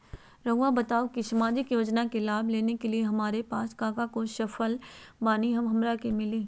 रहुआ बताएं कि सामाजिक योजना के लाभ लेने के लिए हमारे पास काका हो सकल बानी तब हमरा के मिली?